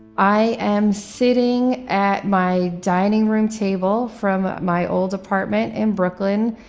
i am sitting at my dining room table from my old apartment in brooklyn,